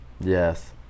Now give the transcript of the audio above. Yes